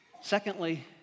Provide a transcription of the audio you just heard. Secondly